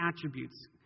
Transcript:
attributes